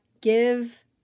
give